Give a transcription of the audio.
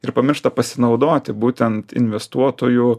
ir pamiršta pasinaudoti būtent investuotojų